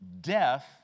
death